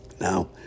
Now